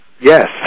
Yes